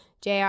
jr